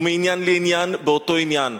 ומעניין לעניין באותו עניין: